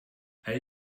all